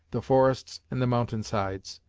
the forests and the mountain sides.